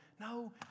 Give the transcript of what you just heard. No